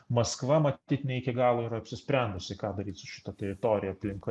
maskva matyt ne iki galo yra apsisprendusi ką daryt su šita teritorija aplink